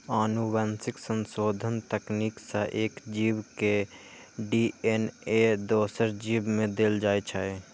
आनुवंशिक संशोधन तकनीक सं एक जीव के डी.एन.ए दोसर जीव मे देल जाइ छै